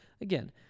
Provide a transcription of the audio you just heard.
again